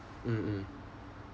mm mm